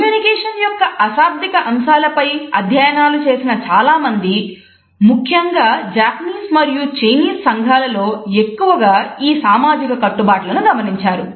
communication యొక్క అశాబ్దిక అంశాలపై సంఘాలలో ఎక్కువగా ఈ సామాజిక కట్టుబాట్లను గమనించారు